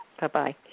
Bye-bye